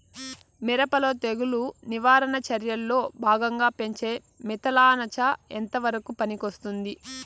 మిరప లో తెగులు నివారణ చర్యల్లో భాగంగా పెంచే మిథలానచ ఎంతవరకు పనికొస్తుంది?